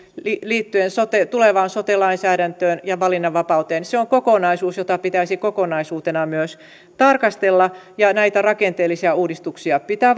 liittyen tulevaan sote lainsäädäntöön ja valinnanvapauteen ovat kokonaisuus jota pitäisi kokonaisuutena myös tarkastella ja näitä rakenteellisia uudistuksia pitää